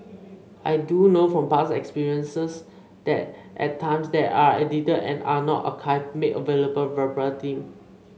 I do know from past experience that at times they are edited and are not archived and made available verbatim